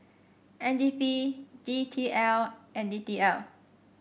N D P D T L and D T L